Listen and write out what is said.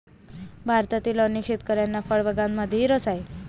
भारतातील अनेक शेतकऱ्यांना फळबागांमध्येही रस आहे